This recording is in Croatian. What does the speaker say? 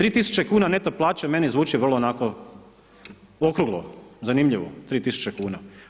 3000 kuna neto plaće meni zvuči vrlo onako okruglo, zanimljivo, 3000 kuna.